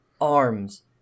arms